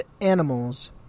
animals